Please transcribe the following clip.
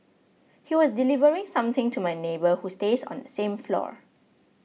he was delivering something to my neighbour who stays on the same floor